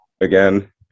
again